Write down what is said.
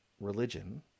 religion